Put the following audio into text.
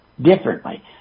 differently